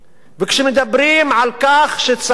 וכשמדברים על כך שצריך